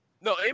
No